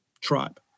tribe